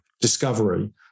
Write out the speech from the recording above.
discovery